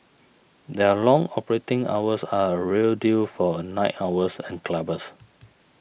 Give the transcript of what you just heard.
their long operating hours are a real deal for night owls and clubbers